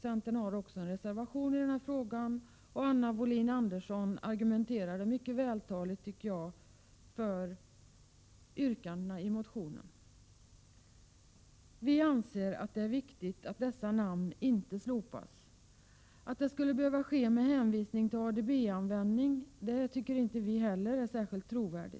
Centern har också avgivit en reservation i den här frågan, och Anna Wohlin-Andersson argumenterade mycket vältaligt för yrkandena i motionen. Vi anser att det är viktigt att dessa namn inte slopas. Att det skulle behöva ske med hänvisning till ADB-användning är inte ett trovärdigt argument.